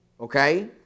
okay